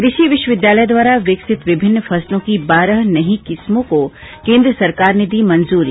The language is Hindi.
कृषि विश्वविद्यालय द्वारा विकसित विभिन्न फसलों की बारह नई किस्मों को केन्द्र सरकार ने दी मंजूरी